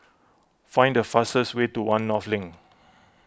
find the fastest way to one North Link